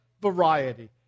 variety